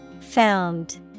Found